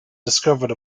discovered